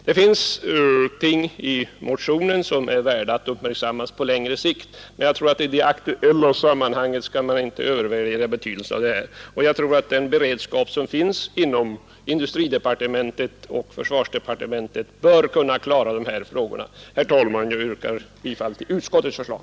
Det finns ting i motionen som är värda att uppmärksammas på längre sikt, men i det aktuella sammanhanget bör man inte övervärdera betydelsen härav. Jag tror att vi med den beredskap som finns i industridepartementet och försvarsdepartementet bör kunna klara dessa frågor. Herr talman! Jag yrkar bifall till utskottets förslag.